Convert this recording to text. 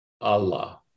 Allah